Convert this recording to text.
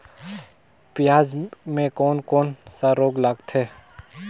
पियाज मे कोन कोन सा रोग लगथे?